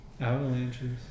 Avalanches